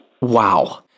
Wow